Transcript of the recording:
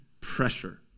pressure